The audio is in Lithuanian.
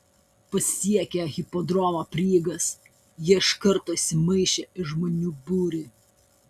pasiekę hipodromo prieigas jie iš karto įsimaišė į žmonių būrį